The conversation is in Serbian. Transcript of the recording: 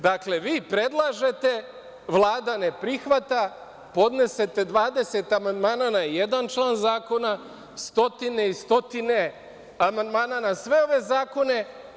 Dakle, vi predlažete, Vlada ne prihvata, podnesete 20 amandmana na jedan član zakona, stotine i stotine amandmana na sve ove zakone.